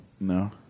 No